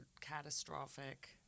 catastrophic